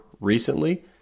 recently